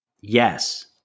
Yes